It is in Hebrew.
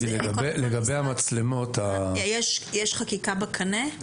יש חקיקה בקנה?